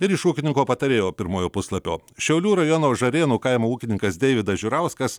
ir iš ūkininko patarėjo pirmojo puslapio šiaulių rajono žavėnų kaimo ūkininkas deividas žiurauskas